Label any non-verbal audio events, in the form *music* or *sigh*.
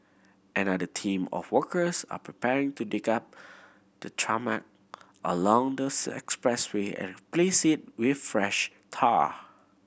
another team of workers are preparing to dig up the tarmac along the *unintelligible* expressway and place it with fresh tar